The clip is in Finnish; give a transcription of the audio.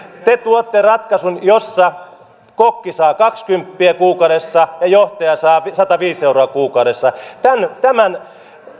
te tuotte ratkaisun jossa kokki saa kaksikymppiä kuukaudessa ja johtaja saa sataviisi euroa kuukaudessa tämän